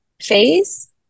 phase